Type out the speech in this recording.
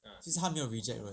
就是他没有 reject 人